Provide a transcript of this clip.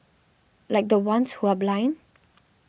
like the ones who are blind